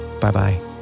Bye-bye